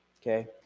Okay